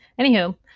anywho